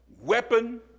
weapon